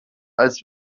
als